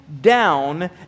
down